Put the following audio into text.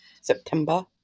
September